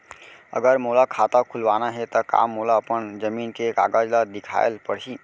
अगर मोला खाता खुलवाना हे त का मोला अपन जमीन के कागज ला दिखएल पढही?